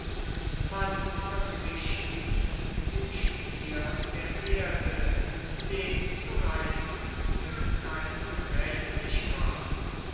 man verglich ihn dem stier der herde den zu reizen für keinen rätlich war